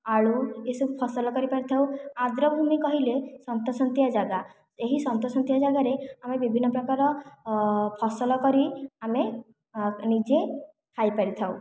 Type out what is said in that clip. ଆଳୁ ଏହିସବୁ ଫସଲ କରିପାରିଥାଉ ଆର୍ଦ୍ରଭୂମି କହିଲେ ସନ୍ତସନ୍ତିଆ ଜାଗା ଏହି ସନ୍ତସନ୍ତିଆ ଜାଗାରେ ଆମେ ବିଭିନ୍ନ ପ୍ରକାର ଫସଲ କରି ଆମେ ନିଜେ ଖାଇପାରିଥାଉ